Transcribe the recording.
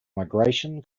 migration